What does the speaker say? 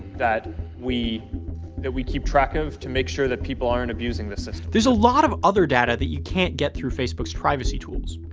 that we that we keep track of to make sure that people aren't abusing the system. there's a lot of other data that you can't get through facebook's privacy tools.